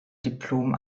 diplom